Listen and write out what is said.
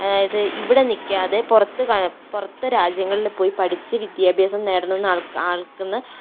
അതായത് ഇവിടെ നിൽക്കാതെ പുറത്ത് പുറത്തെ രാജ്യങ്ങളിൽ പോയി പഠിച്ച് വിദ്യാഭ്യാസം നേടണം എന്ന് ആൾക്കെന്ന്